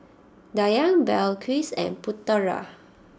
Dayang Balqis and Putera